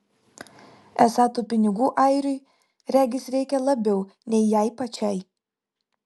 esą tų pinigų airiui regis reikia labiau nei jai pačiai